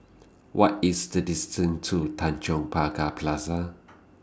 What IS The distance to Tanjong Pagar Plaza